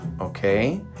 okay